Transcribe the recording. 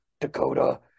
Dakota